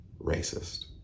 racist